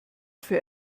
für